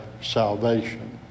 salvation